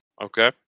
Okay